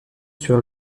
sur